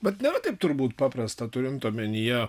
bet nėra taip turbūt paprasta turint omenyje